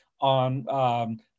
on